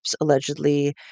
allegedly